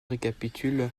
récapitule